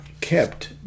kept